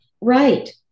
Right